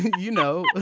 you know.